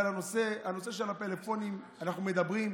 אבל בנושא של הפלאפונים אנחנו מדברים,